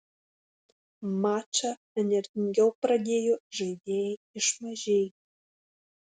mačą energingiau pradėjo žaidėjai iš mažeikių